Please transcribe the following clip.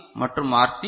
C மற்றும் R